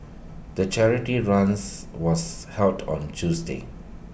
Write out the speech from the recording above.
the charity runs was held on Tuesday